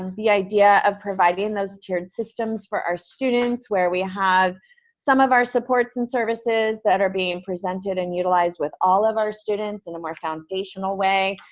the idea of providing those tiered systems for our students where we have some of our supports and services that are being presented and utilized with all of our students in a more foundational way.